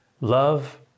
love